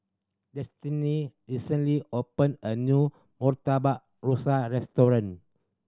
Destini recently opened a new Murtabak Rusa restaurant